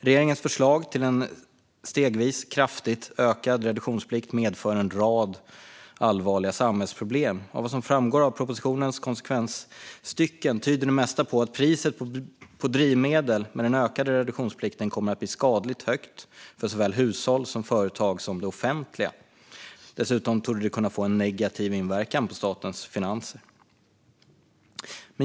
Regeringens förslag till en stegvis kraftigt ökad reduktionsplikt medför en rad allvarliga samhällsproblem. Av vad som framgår av propositionens konsekvensstycken tyder det mesta på att priset på drivmedel med den ökade reduktionsplikten kommer att bli skadligt högt för såväl hushåll som företag och det offentliga. Dessutom torde det kunna få en negativ inverkan på statens finanser.